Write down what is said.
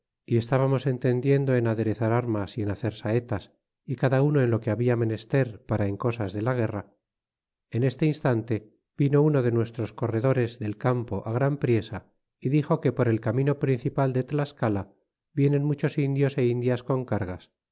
y estábamos entendiendo en aderezar armas y en hacer saetas y cada uno en lo que habia menester para en cosas de la guerra en este instante vino uno de nuestros corredores del campo gran priesa y dixo que por el camino principal de tlascala vienen muchos indios é indias con cargas